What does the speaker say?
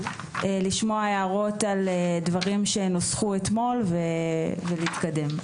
לשמוע הערות על דברים שנוסחו אתמול ולהתקדם.